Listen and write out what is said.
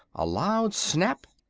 a loud snap,